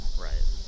right